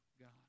God